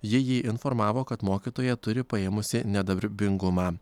ji jį informavo kad mokytoja turi paėmusi nedarbingumą